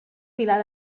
pilar